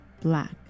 black